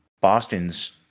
Boston's